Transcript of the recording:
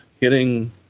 hitting